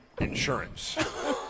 insurance